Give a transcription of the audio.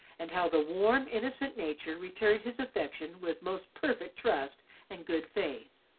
and how the warm, innocent nature returned his affection with most perfect trust and good faith.